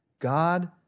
God